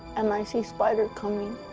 um i see spider coming.